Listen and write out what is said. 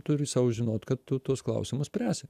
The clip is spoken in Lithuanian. turi sau žinot kad tu tuos klausimus spręsi